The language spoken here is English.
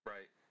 Right